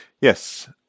Yes